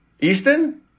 Easton